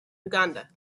uganda